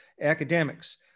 academics